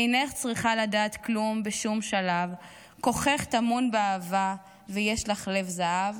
/ אינך צריכה לדעת כלום בשום שלב / כוחך טמון באהבה / ויש לך לב זהב".